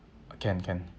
can can